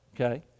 Okay